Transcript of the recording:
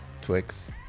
Twix